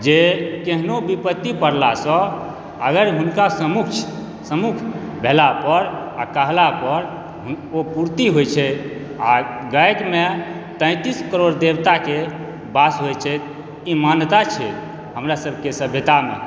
जे केहनो विपत्ति पड़लासँ अगर हुनका समक्ष सम्मुख भेलापर आओर कहलापर ओ पूर्ति होइ छै आओर गायके माय तैन्तीस करोड़ देवताके वास होइ छै ई मान्यता छै हमरा सबके सभ्यतामे